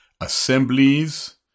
assemblies